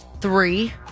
Three